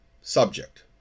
subject